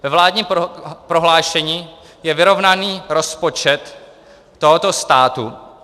Ve vládním prohlášení je vyrovnaný rozpočet tohoto státu.